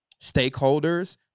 stakeholders